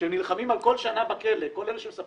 שהם נלחמים על כל שנה בכלא - כל אלה שמספרים